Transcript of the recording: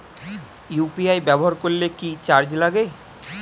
UPI ব্যবহার করলে কি চার্জ লাগে?